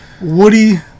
Woody